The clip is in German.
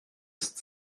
ist